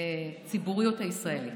הציבוריות הישראלית.